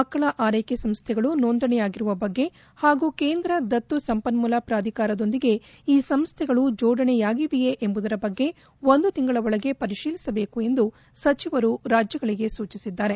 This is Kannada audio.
ಮಕ್ಕಳ ಆರೈಕೆ ಸಂಸ್ಥೆಗಳು ನೋಂದಣಿಯಾಗಿರುವ ಬಗ್ಗೆ ಹಾಗೂ ಕೇಂದ್ರ ದತ್ತು ಸಂಪನ್ಮೂಲ ಪ್ರಾಧಿಕಾರದೊಂದಿಗೆ ಈ ಸಂಸ್ಥೆಗಳು ಜೋಡಣೆಯಾಗಿವೆಯೇ ಎಂಬುದರ ಬಗ್ಗೆ ಒಂದು ತಿಂಗಳ ಒಳಗೆ ಪರಿಶೀಲಿಸಬೇಕು ಎಂದು ಸಚಿವರು ರಾಜ್ಯಗಳಿಗೆ ಸೂಚಿಸಿದ್ಗಾರೆ